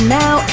now